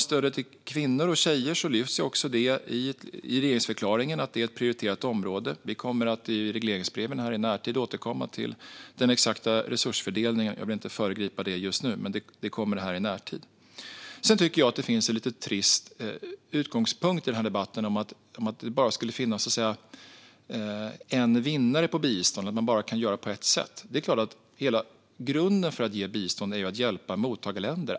Stödet till kvinnor och tjejer lyfts fram i regeringsförklaringen som ett prioriterat område. Vi kommer i närtid att återkomma i regleringsbreven till den exakta resursfördelningen. Jag vill inte föregripa detta just nu, men det kommer i närtid. Sedan tycker jag att det finns en lite trist utgångspunkt i den här debatten: att det bara skulle finnas en vinnare på bistånd och att man bara kan göra på ett sätt. Det är klart att hela grunden för att ge bistånd är att hjälpa mottagarländer.